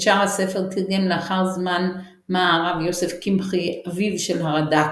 את שאר הספר תרגם לאחר זמן מה הרב יוסף קמחי אביו של הרד"ק,